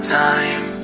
time